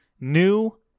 new